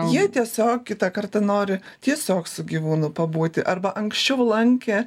jie tiesiog kitą kartą nori tiesiog su gyvūnu pabūti arba anksčiau lankė